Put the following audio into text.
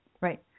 Right